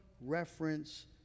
reference